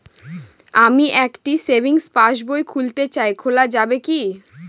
আমি একটি savings passbook খুলতে চাই খোলা যাবে কি?